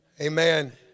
Amen